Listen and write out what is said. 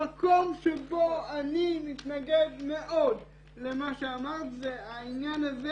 המקום שבו אני מתנגד מאוד למה שאמרת זה העניין הזה